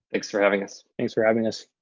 thanks for having us. thanks for having us.